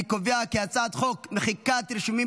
אני קובע כי הצעת חוק מחיקת רישומים